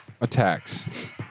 attacks